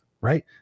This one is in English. right